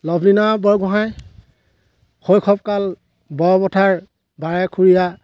লাভলীনা বৰগোহাঁই শৈশৱকাল বৰপথাৰ বাৰেখুৰীয়া